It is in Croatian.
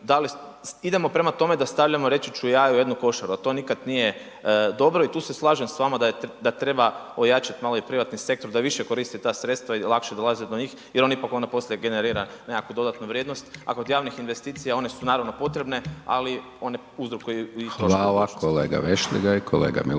idemo prema tome da stavljamo, reći ću ja, u jednu košaru, a to nikad nije dobro i tu se slažem s vama da treba ojačat malo i privatni sektor da više koristi ta sredstva i lakše dolaze do njih jer on ipak poslije generira nekakvu dodatnu vrijednost, a kod javnih investicija one su naravno potrebne, ali one uzrokuju i …/Upadica: Hvala kolega Vešligaj/……/Govornik